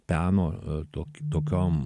peno tokį tokiom